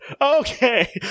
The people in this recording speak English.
Okay